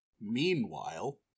Meanwhile